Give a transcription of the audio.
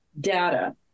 data